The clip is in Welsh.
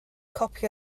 copi